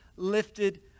Lifted